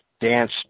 dance